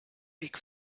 weg